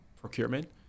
procurement